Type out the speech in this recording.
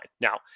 Now